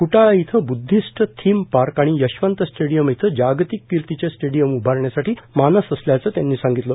फुटाळा येथे Buddhist theme park आणि Yashwant stadium येथे जागतिक कीर्तीचे स्टेडीअम उभारण्यासाठी मनपाचा मानस असल्याचं त्यांनी सांगितलं